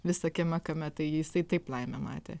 visą kieme kame tai jisai taip laimę matė